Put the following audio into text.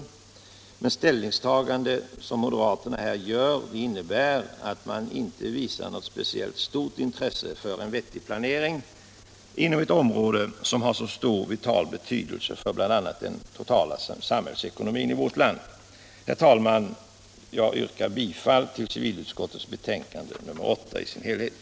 Men det ställningstagande som moderaterna här gjort innebär att man inte visar något intresse för en vettig planering inom ett område av vital betydelse för bl.a. den totala samhällsekonomin i vårt land. Herr talman! Jag yrkar bifall till utskottets hemställan på alla punkter i civilutskottets betänkande nr 8.